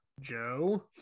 Joe